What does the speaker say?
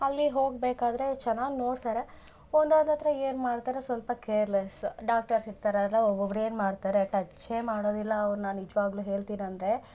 ಅಲ್ಲಿ ಹೋಗಬೇಕಾದ್ರೆ ಚೆನ್ನಾಗ್ ನೋಡ್ತಾರೆ ಒಂದೊಂದು ಹತ್ರ ಏನು ಮಾಡ್ತಾರೆ ಸ್ವಲ್ಪ ಕೇರ್ಲೆಸ್ ಡಾಕ್ಟರ್ಸ್ ಇರ್ತಾರಲ್ಲ ಒಬೊಬ್ರು ಏನು ಮಾಡ್ತಾರೆ ಟಚ್ಚೇ ಮಾಡೋದಿಲ್ಲ ಅವ್ರುನ್ನ ನಿಜವಾಗ್ಲು ಹೇಳ್ತೀನಂದ್ರೆ